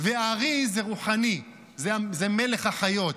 וארי זה רוחני, זה מלך החיות.